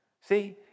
See